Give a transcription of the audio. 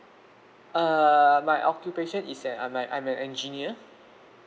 err my occupation is an I'm an I'm an engineer